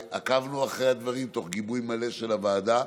ועקבנו אחר הדברים בגיבוי מלא של הוועדה.